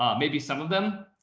um maybe some of them,